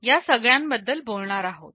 आपण या सगळ्यां बद्दल बोलणार आहोत